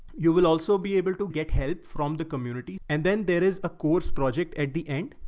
you will also be able to get help from the community. and then there is a course project at the end,